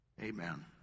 Amen